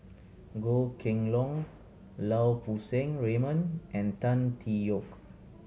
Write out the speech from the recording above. Goh Kheng Long Lau Poo Seng Raymond and Tan Tee Yoke